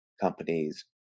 companies